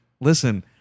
listen